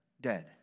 dead